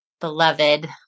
beloved